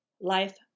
life